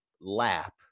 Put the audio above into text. lap